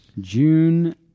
June